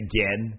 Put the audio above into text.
Again